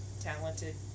talented